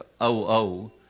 O-O